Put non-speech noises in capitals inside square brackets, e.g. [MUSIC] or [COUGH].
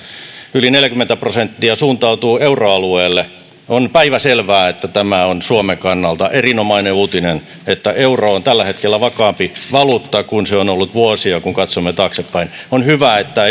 yli neljäkymmentä prosenttia suuntautuu euroalueelle on päivänselvää että on suomen kannalta erinomainen uutinen että euro on tällä hetkellä vakaampi valuutta kuin se on ollut vuosiin kun katsomme taaksepäin on hyvä että [UNINTELLIGIBLE]